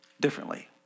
differently